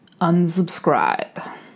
unsubscribe